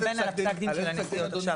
הוא מתכוון על פסק הדין של הנסיעות עכשיו,